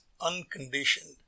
unconditioned